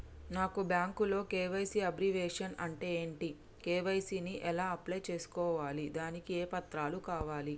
నాకు బ్యాంకులో KYC abbreviation అంటే ఏంటి కే.వై.సీ ని ఎలా అప్లై చేసుకోవాలి దానికి ఏ పత్రాలు కావాలి?